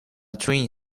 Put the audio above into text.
twin